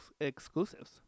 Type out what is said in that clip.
exclusives